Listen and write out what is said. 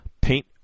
Paint